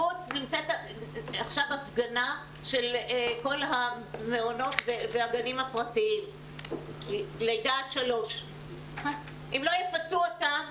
בחוץ יש הפגנה של כל המעונות והגנים הפרטיים עד גיל 3. אם לא יפצו אותם,